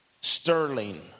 sterling